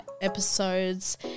episodes